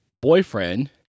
boyfriend